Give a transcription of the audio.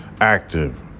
active